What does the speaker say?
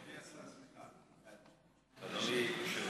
אדוני השר,